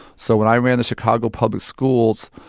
so when i ran the chicago public schools,